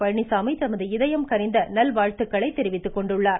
பழனிசாமி தமது இதயம் கனிந்த நல்வாழ்த்துக்களை தெரிவித்துக்கொண்டுள்ளார்